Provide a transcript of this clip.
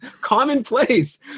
commonplace